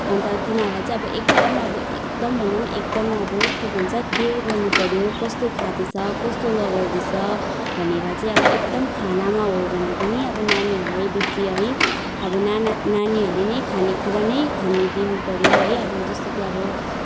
अन्त तिनीहरूलाई चाहिँ अब एकदम अब एकदम भन्दा पनि एकदम अब के भन्छ केयर गर्नु पऱ्यो कस्तो खाँदैछ कोस्तो लगाउँदैछ भनेर चाहिँ अब एकदम खानामा हो भने पनि अब नानीहरूलाई बेसी है अब नाना नानीहरूले नै खानेकुरा नै खाने दिनु पऱ्यो है अब जस्तो कि अब